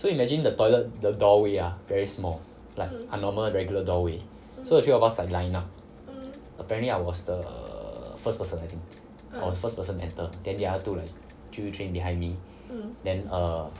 so you imagine the toilet the doorway ah very small like a normal regular doorway so the three of us like line up apparently I was the first person I was first person enter then the other two chu~ train behind me then err